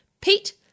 Pete